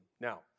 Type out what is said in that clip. Now